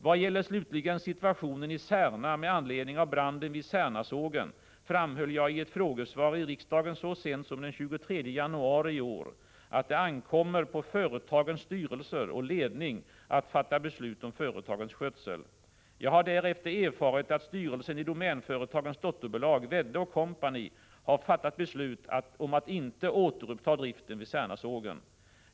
Vad slutligen gäller situationen i Särna med anledning av branden vid Särnasågen framhöll jag i ett frågesvar i riksdagen så sent som den 23 januari i år, att det ankommer på företagens styrelser och ledning att fatta beslut om företagens skötsel. Jag har därefter erfarit att styrelsen i Domänföretagens dotterbolag Wedde & Co har fattat beslut om att inte återuppta driften vid Särnasågen.